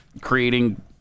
creating